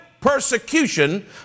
persecution